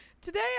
today